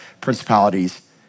principalities